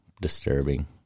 disturbing